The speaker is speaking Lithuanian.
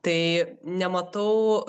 tai nematau